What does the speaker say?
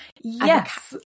yes